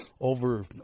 over